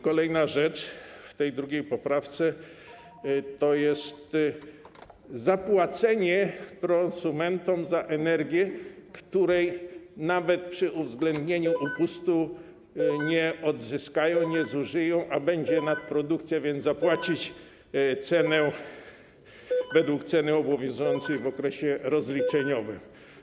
Kolejna rzecz w tej drugiej poprawce to jest zapłacenie prosumentom za energię, której nawet przy uwzględnieniu opustu nie odzyskają, nie zużyją, a będzie nadprodukcja - żeby zapłacić według ceny obowiązującej w okresie rozliczeniowym.